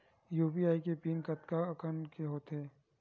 UPI के PIN कतका अंक के होथे?